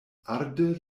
arde